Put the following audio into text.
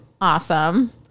awesome